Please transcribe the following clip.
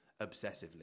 obsessively